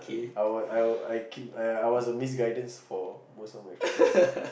I would I would I keep I uh I was a misguidance for most of my friends